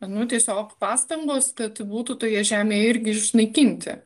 nu tiesiog pastangos kad būtų toje žemėje irgi išnaikinti